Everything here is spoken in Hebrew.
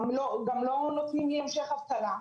גם לא נותנים לי המשך אבטלה.